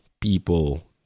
people